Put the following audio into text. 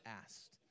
asked